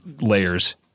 layers